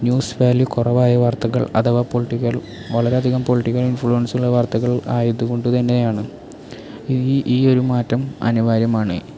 news value കുറവായ വാർത്തകൾ അഥവാ പൊളിറ്റിക്കൽ വളരെയധികം പൊളിറ്റിക്കൽ ഇൻഫ്ലുൻസ് ഉള്ള വാർത്തകൾ ആയതുകൊണ്ട് തന്നെയാണ് ഈ ഈ ഒരു മാറ്റം അനിവാര്യമാണ്